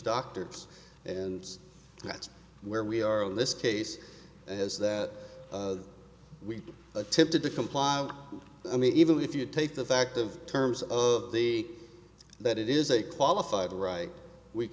doctors and that's where we are on this case has that we attempted to comply i mean even if you take the fact of terms of the that it is a qualified right we